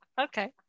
okay